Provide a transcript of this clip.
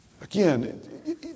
Again